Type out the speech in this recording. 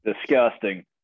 Disgusting